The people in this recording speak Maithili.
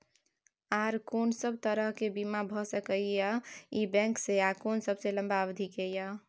आर कोन सब तरह के बीमा भ सके इ बैंक स आ कोन सबसे लंबा अवधि के ये?